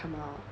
come out